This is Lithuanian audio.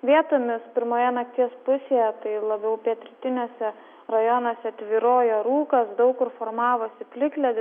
vietomis pirmoje nakties pusėje tai labiau pietrytiniuose rajonuose tvyrojo rūkas daug kur formavosi plikledis